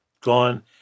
gone